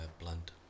blunt